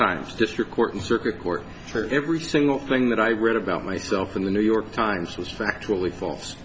times district court and circuit court for every single thing that i read about myself in the new york times was factually false